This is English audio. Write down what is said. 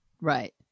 Right